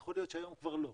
יכול להיות שהיום כבר לא,